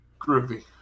Groovy